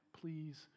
please